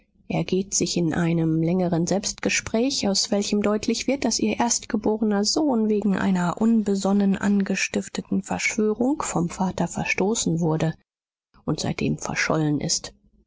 ergeht sich in einem längeren selbstgespräch aus welchem deutlich wird daß ihr erstgeborener sohn wegen einer unbesonnen angestifteten verschwörung vom vater verstoßen wurde und seitdem verschollen ist